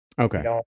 Okay